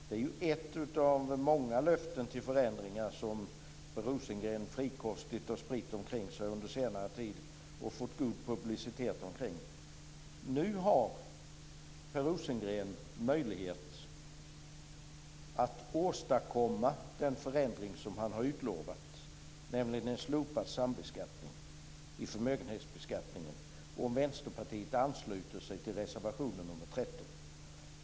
Det är ju ett av många löften om förändringar som Per Rosengren frikostigt har spritt omkring sig under senare tid och fått god publicitet omkring. Nu har Per Rosengren möjlighet att åstadkomma den förändring som han har utlovat, nämligen en slopad sambeskattning i förmögenhetsbeskattningen, om Vänsterpartiet ansluter sig till reservation 13.